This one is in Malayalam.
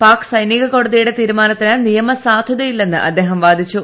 പാക് സൈനിക കോടതിയുടെ തീരുമാനത്തിന് നിയമസാധുതയില്ലെന്ന് അദ്ദേഹം വാദിച്ചു